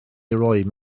roi